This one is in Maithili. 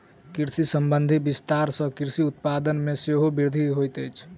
कृषि संबंधी विस्तार सॅ कृषि उत्पाद मे सेहो वृद्धि होइत अछि